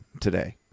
today